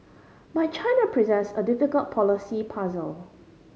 but China presents a difficult policy puzzle